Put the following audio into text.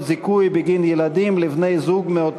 חברי הכנסת, אני מתכבד בשמכם לברך ביציע את